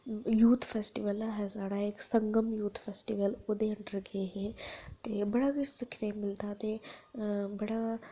youth festival ऐ हा साढ़ा इक यूथ संगम फैस्टिवल ओह्दे अंडर गे हे बड़ा किश सिक्खने गी मिलदा ते बड़ा